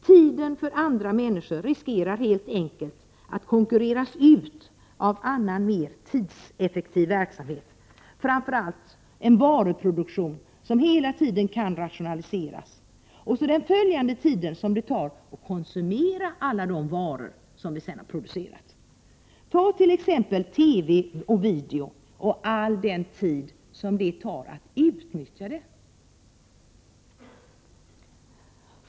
Tiden för andra människor riskerar helt enkelt att konkurreras ut av annan, mer tidseffektiv verksamhet, framför allt en varuproduktion som hela tiden kan rationaliseras, och så den tid det tar att sedan konsumera alla de varor som vi har producerat. Tag t.ex. TV, video 54 och all den tid det tar att utnyttja dem!